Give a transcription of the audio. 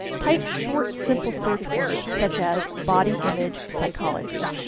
type short simple search words such as body image psychology.